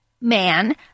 man